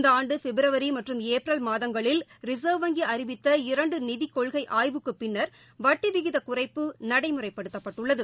இந்தாண்டு பிப்ரவரி மற்றும் ஏப்ரல் மாதங்களில் ரிசா்வ் வங்கி அறிவித்த இரண்டு நிதி கொள்கை ஆய்வுக்கு பின்னர் வட்டி விகித குறைப்பு நடைமுறைப்படுத்தப்பட்டுள்ளது